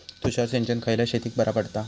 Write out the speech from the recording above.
तुषार सिंचन खयल्या शेतीक बरा पडता?